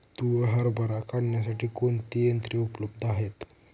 तूर हरभरा काढण्यासाठी कोणती यंत्रे उपलब्ध आहेत?